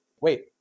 wait